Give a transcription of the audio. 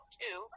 two